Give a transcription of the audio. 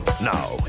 Now